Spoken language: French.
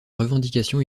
revendication